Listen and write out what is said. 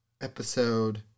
episode